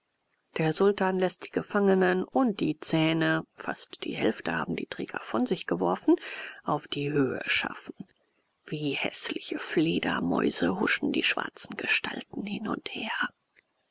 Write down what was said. der sultan läßt die gefangenen und die zähne fast die hälfte haben die träger von sich geworfen auf die höhe schaffen wie häßliche fledermäuse huschen die schwarzen gestalten hin und her